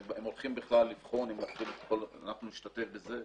הם הולכים בכלל לבחון ואנחנו נשתתף בזה.